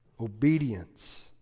obedience